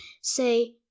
Say